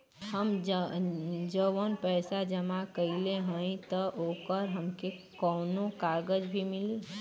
हम जवन पैसा जमा कइले हई त ओकर हमके कौनो कागज भी मिली?